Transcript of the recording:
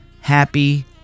happy